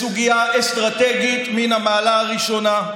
בסוגיה אסטרטגית מן המעלה הראשונה.